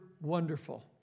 wonderful